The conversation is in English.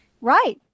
Right